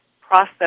process